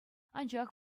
анчах